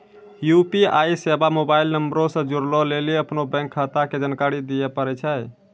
UPI सेबा mobile नंबरो से जोड़ै लेली अपनो बैंक खाता के जानकारी दिये पड़ै छै